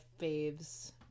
faves